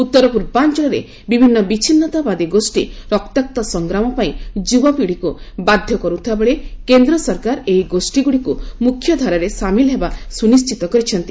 ଉତ୍ତର ପୂର୍ବାଞ୍ଚଳରେ ବିଭିନ୍ନ ବିଚ୍ଛିନ୍ନତାବାଦୀ ଗୋଷୀ ରକ୍ତାକ୍ତ ସଂଗ୍ରାମ ପାଇଁ ଯୁବପିଢ଼ିକୁ ବାଧ୍ୟ କରୁଥିବାବେଳେ କେନ୍ଦ୍ର ସରକାର ଏହି ଗୋଷ୍ଠୀଗୁଡ଼ିକୁ ମୁଖ୍ୟଧାରାରେ ସାମିଲ୍ ହେବା ସୁନିିି୍ଜିତ କରିଛନ୍ତି